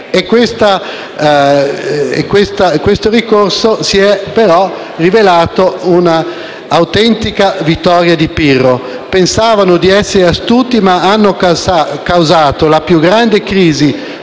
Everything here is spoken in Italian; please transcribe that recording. Questo ricorso si è però rivelato un'autentica vittoria di Pirro: pensavano di essere astuti, ma hanno causato la più grande crisi